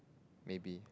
maybe